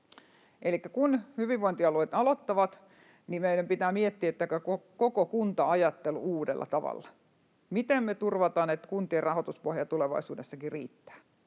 elikkä kun hyvinvointialueet aloittavat, meidän pitää miettiä koko kunta-ajattelu uudella tavalla. Miten me turvataan, että kuntien rahoituspohja tulevaisuudessakin riittää?